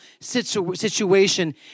situation